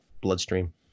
bloodstream